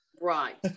Right